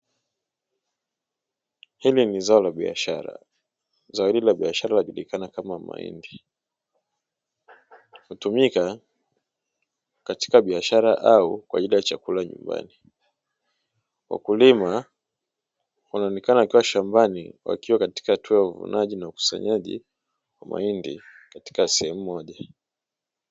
Hili ni zao la biashara. Zao hili la biashara lajulikana kama mahindi, hutumika katika biashara au kwa ajili ya chakula nyumbani. Wakulima wanaonekana wakiwa shambani wakiwa katika hatua ya uvunaji na ukusanyaji wa mahindi katika sehemu moja.